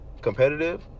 Competitive